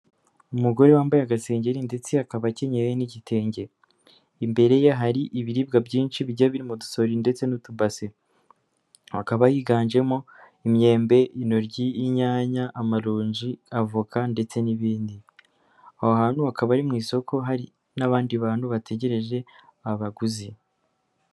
Umugore wambaye agasengengeri ndetse akaba akenyeye n'igitenge, imbere ye hari ibiribwa byinshi bigiye biri mu dusorori ndetse n'utubase, hakaba higanjemo imyembe, intoryi, inyanya, amaronji, avoka ndetse n'ibindi, aho hantu hakaba ari mu isoko hari n'abandi bantu bategereje abaguzi.